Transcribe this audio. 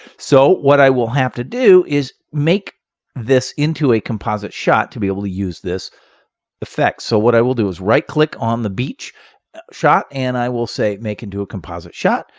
so what i will have to do is make this into a composite shot to be able to use this effect. so what i will do is right click on the beach shot and i will say, make into a composite shot.